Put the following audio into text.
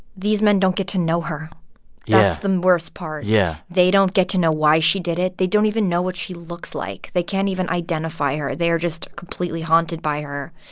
these men don't get to know her yeah that's the worst part yeah they don't get to know why she did it. they don't even know what she looks like. they can't even identify her. they are just completely haunted by her.